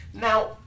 Now